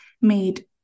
made